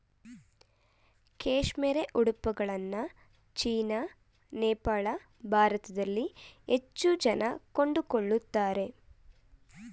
cashmere ಉಡುಪುಗಳನ್ನ China, Nepal, ಭಾರತದಲ್ಲಿ ಹೆಚ್ಚು ಜನ ಕೊಂಡುಕೊಳ್ಳುತ್ತಾರೆ